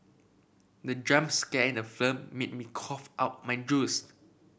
the jump scare in the film made cough out my juice